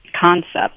concept